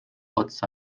otsa